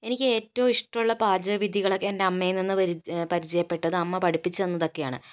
എനിക്ക് ഏറ്റവും ഇഷ്ടമുള്ള പാചക വിധികള് എൻ്റെ അമ്മയിൽ നിന്ന് പരിചയപ്പെട്ടതാണ് അമ്മ പഠിപ്പിച്ച് തന്നതൊക്കെയാണ്